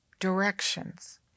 directions